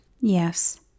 Yes